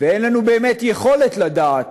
ואין לנו באמת יכולת לדעת